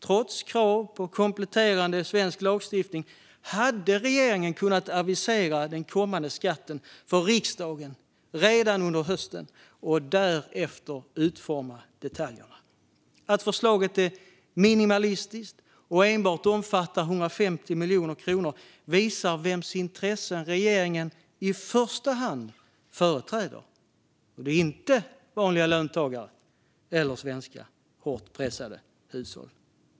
Trots krav på kompletterande svensk lagstiftning hade regeringen kunnat avisera den kommande skatten för riksdagen redan under hösten och därefter utformat detaljerna. Att förslaget är minimalistiskt och enbart omfattar 150 miljoner kronor visar vems intressen regeringen i första hand företräder. Och det är inte vanliga löntagare eller svenska hårt pressade hushåll.